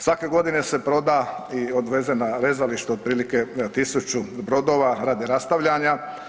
Svake godine se proda i odveze na rezalište otprilike 1000 brodova radi rastavljanja.